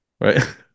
Right